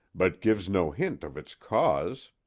but gives no hint of its cause.